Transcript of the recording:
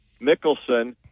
Mickelson